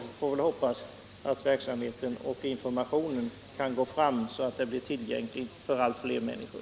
Vi får hoppas att informationen går fram, så att trygghetslarmet blir tillgängligt för allt fler människor.